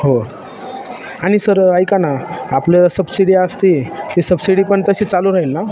हो आणि सर ऐका ना आपलं सब्सिडी असते आहे ती सब्सिडी पण तशीच चालू राहील ना